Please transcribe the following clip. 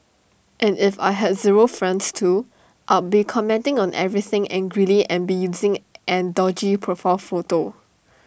if I had zero friends too I'd be commenting on everything angrily and be using an dodgy profile photo